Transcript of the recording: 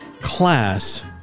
class